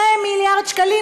2 מיליארד שקלים,